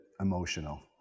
emotional